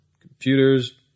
computers